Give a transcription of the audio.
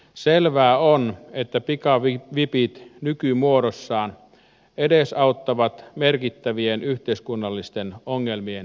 selvää on että pikavipit nykymuodossaan edesauttavat merkittävien yhteiskunnallisten ongelmien syntymistä